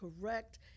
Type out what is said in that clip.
correct